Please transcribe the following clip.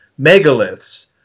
megaliths